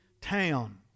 town